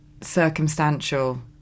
circumstantial